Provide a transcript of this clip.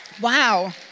Wow